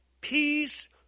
peace